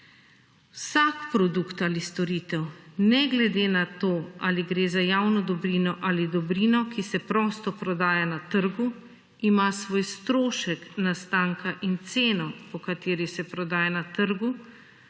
Vsak produkt ali storitev ne glede na to ali gre za javno dobrino ali dobrino, ki se prosto prodaja na trgu ima svoj strošek nastanka in ceno, po kateri se prodaja na trgu